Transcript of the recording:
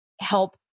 help